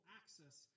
access